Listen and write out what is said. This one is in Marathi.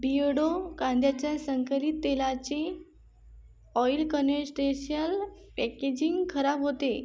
बिअडो कांद्याच्या संकलित तेलाची ऑईल कनेस्टेशल पॅकेजिंग खराब होते